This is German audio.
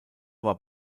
war